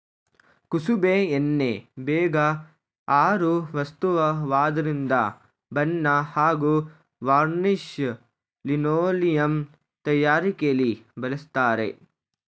ಕುಸುಬೆ ಎಣ್ಣೆ ಬೇಗ ಆರೋ ವಸ್ತುವಾದ್ರಿಂದ ಬಣ್ಣ ಹಾಗೂ ವಾರ್ನಿಷ್ ಲಿನೋಲಿಯಂ ತಯಾರಿಕೆಲಿ ಬಳಸ್ತರೆ